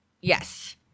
Yes